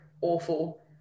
awful